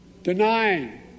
Denying